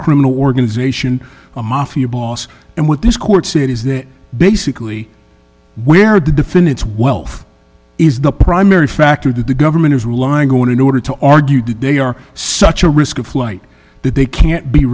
criminal organization a mafia boss and what this court said is that basically where the defendant's wealth is the primary factor that the government is relying on in order to argue today are such a risk of flight that they can't be